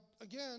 again